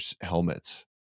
helmets